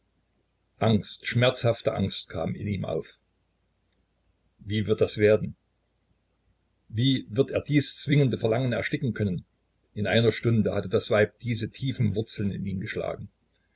angst schmerzhafte angst kam in ihm auf wie wird das werden wie wird er dies zwingende verlangen ersticken können in einer stunde hatte das weib diese tiefen wurzeln in ihn geschlagen